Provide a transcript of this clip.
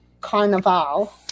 Carnival